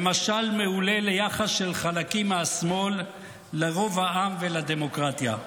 והם משל מעולה ליחס של חלקים מהשמאל לרוב העם ולדמוקרטיה.